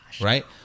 Right